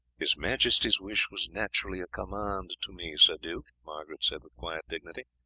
his majesty's wish was naturally a command to me, sir duke, margaret said with quiet dignity.